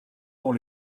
dans